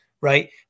right